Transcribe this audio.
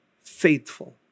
faithful